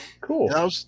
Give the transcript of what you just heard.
Cool